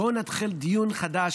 בואו נתחיל דיון חדש,